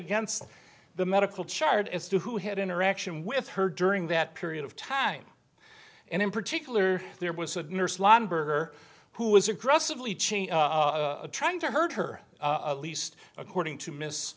against the medical chart as to who had interaction with her during that period of time and in particular there was a nurse lineberger who was aggressively chain trying to herd her least according to miss